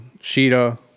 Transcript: Sheeta